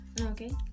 okay